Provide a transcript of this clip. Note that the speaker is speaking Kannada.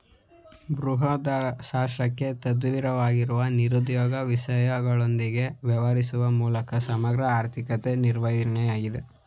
ಬೃಹದರ್ಥಶಾಸ್ತ್ರಕ್ಕೆ ತದ್ವಿರುದ್ಧವಾಗಿದ್ದು ನಿರುದ್ಯೋಗದ ವಿಷಯಗಳೊಂದಿಗೆ ವ್ಯವಹರಿಸುವ ಮೂಲಕ ಸಮಗ್ರ ಆರ್ಥಿಕತೆ ನಿರ್ವಹಣೆಯಾಗಿದೆ